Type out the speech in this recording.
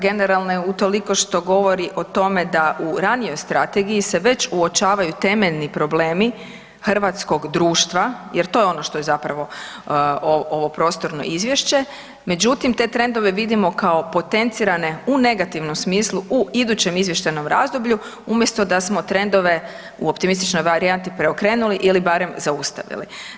Generalna je utoliko što govori o tome da u ranijoj strategiji se već uočavaju temeljni problemi hrvatskog društva jer to je ono što je zapravo ovo prostorno izvješće, međutim te trendove vidimo kao potencirane u negativnom smislu u idućem izvještajnom razdoblju umjesto da smo trendove u optimističnoj varijanti preokrenuli ili barem zaustavili.